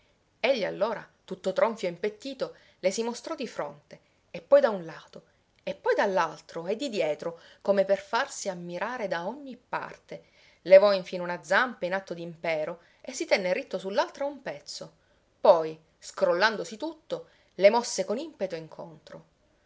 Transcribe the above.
egli allora tutto tronfio e impettito le si mostrò di fronte e poi da un lato e poi dall'altro e di dietro come per farsi ammirare da ogni parte levò infine una zampa in atto d'impero e si tenne ritto sull'altra un pezzo poi scrollandosi tutto le mosse con impeto incontro